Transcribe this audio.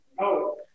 no